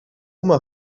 oma